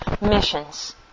missions